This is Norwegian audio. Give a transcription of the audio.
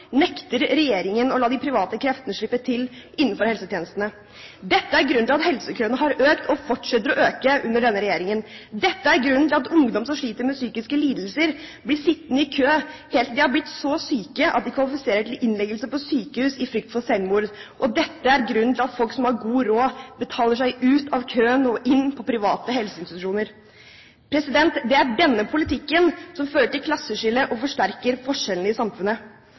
nekter regjeringen å la de private kreftene slippe til innenfor helsetjenestene. Dette er grunnen til at helsekøene har økt og fortsetter å øke under denne regjeringen. Dette er grunnen til at ungdom som sliter med psykiske lidelser, blir sittende i kø helt til de har blitt så syke at de kvalifiserer til innleggelse på sykehus – av frykt for selvmord. Dette er grunnen til at folk som har god råd, betaler seg ut av køen og inn på private helseinstitusjoner. Det er denne politikken som fører til klasseskille og forsterker forskjellene i samfunnet.